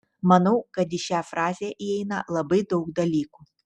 manau kad į šią frazę įeina labai daug dalykų